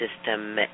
system